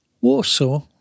Warsaw